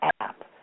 app